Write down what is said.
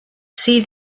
see